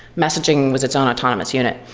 messaging was its own autonomous unit.